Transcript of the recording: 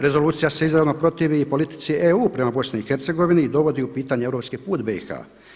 Rezolucija se izravno protivi i politici EU prema BiH i dovodi u pitanje europski put BiH.